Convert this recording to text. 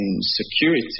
security